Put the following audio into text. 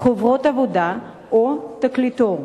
ספרי לימוד, חוברות עבודה או תקליטור.